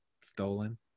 stolen